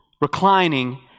reclining